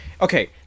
okay